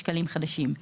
בשקלים חדשים: